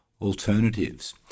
alternatives